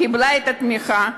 קיבלה את התמיכה,